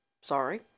Sorry